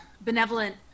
benevolent